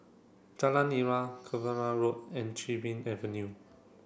Jalan Nira Cavenagh Road and Chin Bee Avenue